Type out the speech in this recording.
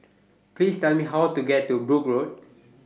Please Tell Me How to get to Brooke Road